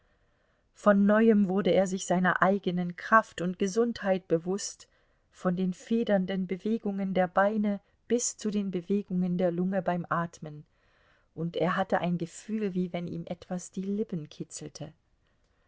von neuem wurde er sich seiner eigenen kraft und gesundheit bewußt von den federnden bewegungen der beine bis zu den bewegungen der lunge beim atmen und er hatte ein gefühl wie wenn ihm etwas die lippen kitzelte